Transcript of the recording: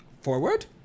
forward